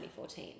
2014